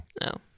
No